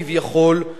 כביכול,